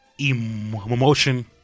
emotion